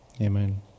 Amen